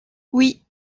oui